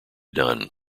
done